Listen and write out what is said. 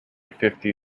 fifty